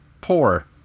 poor